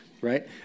right